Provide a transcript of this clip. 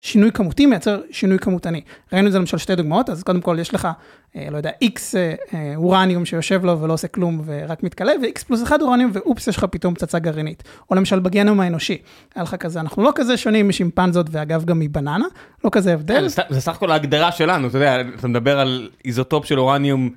שינוי כמותי מייצר שינוי כמותני. ראינו את זה למשל שתי דוגמאות אז קודם כל יש לך לא יודע איקס אורניום שיושב לו ולא עושה כלום ורק מתכלה ואיקס פלוס אחד אורניום ואופס יש לך פתאום פצצה גרעינית. או למשל בגנום האנושי. אנחנו לא כזה שונים משימפנזות ואגב גם מבננה לא כזה הבדל.